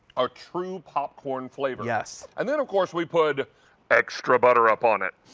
a true popcorn flavor. yes. i mean of course we put extra butter up on it.